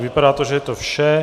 Vypadá to, že je to vše.